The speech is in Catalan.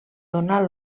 donar